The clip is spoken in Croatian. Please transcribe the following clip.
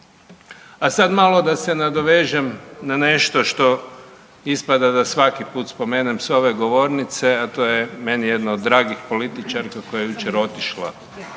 A sad malo da se nadovežem na nešto što ispada da svaki put spomenem sa ove govornice, a to je meni jedna od dragih političarka koje je jučer otišla,